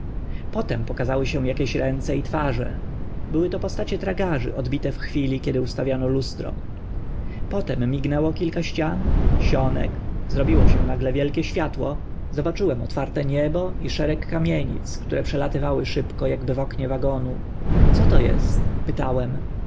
potem pokazały się akieś ręce i twarze były to postacie tragarzy odbite w chwili kiedy ustawiano lustro późnie mignęło kilka ścian sionek zrobiło się nagle wielkie światło zobaczyłem otwarte niebo i szereg kamienic które przelatywały szybko akby w oknie wagonu co to est pytałem